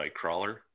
Nightcrawler